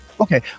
Okay